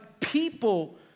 people